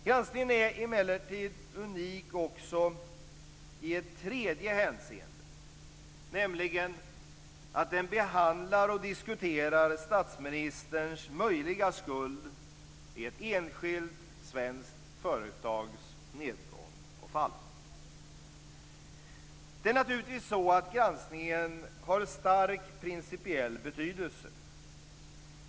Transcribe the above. Granskningen är emellertid unik också i ett tredje hänseende, nämligen att den behandlar och diskuterar statsministerns möjliga skuld i ett enskilt svenskt företags nedgång och fall. Det är naturligtvis så att granskningen har stark principiell betydelse.